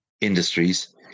industries